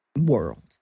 world